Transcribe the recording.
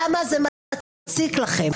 למה זה מציק לכם?